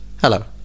Hello